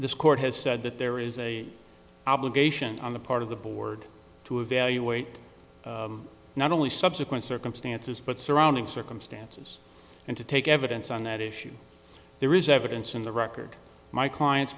this court has said that there is a obligation on the part of the board to evaluate not only subsequent circumstances but surrounding circumstances and to take evidence on that issue there is evidence in the record my clients